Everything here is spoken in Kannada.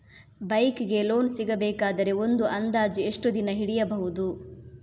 ಬೈಕ್ ಗೆ ಲೋನ್ ಸಿಗಬೇಕಾದರೆ ಒಂದು ಅಂದಾಜು ಎಷ್ಟು ದಿನ ಹಿಡಿಯಬಹುದು?